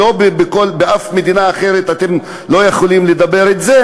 ובאף מדינה אחרת אתם לא יכולים לדבר כך,